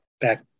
back